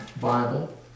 Bible